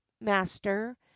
master